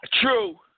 True